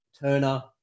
Turner